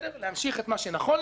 להמשיך את מה שנכון להמשיך,